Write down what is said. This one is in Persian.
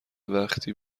وقتی